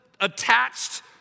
attached